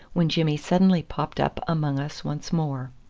when jimmy suddenly popped up among us once more.